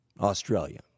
Australia